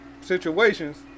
situations